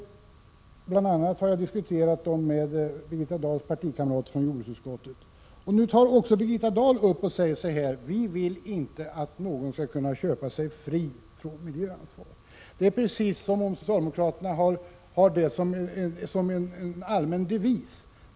Bl.a. har jag diskuterat dem med en av Birgitta Dahls partikamrater från jordbruksutskottet. Nu säger också Birgitta Dahl: Vi vill inte att någon skall kunna köpa sig fri från miljöansvar. Det är precis som om socialdemokraterna hade det som en allmän devis.